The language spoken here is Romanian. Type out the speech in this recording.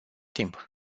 timp